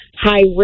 high-risk